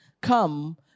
come